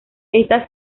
ésta